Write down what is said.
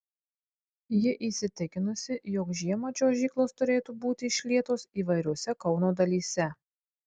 ji įsitikinusi jog žiemą čiuožyklos turėtų būti išlietos įvairiose kauno dalyse